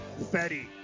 Fetty